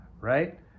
right